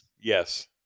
Yes